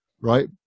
right